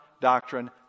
doctrine